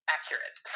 Accurate